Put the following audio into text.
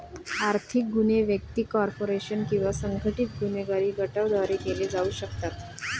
आर्थिक गुन्हे व्यक्ती, कॉर्पोरेशन किंवा संघटित गुन्हेगारी गटांद्वारे केले जाऊ शकतात